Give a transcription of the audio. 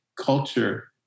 culture